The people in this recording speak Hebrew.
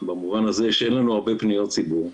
במובן הזה שאין לנו הרבה פניות ציבור,